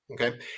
okay